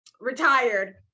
retired